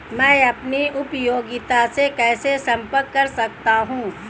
मैं अपनी उपयोगिता से कैसे संपर्क कर सकता हूँ?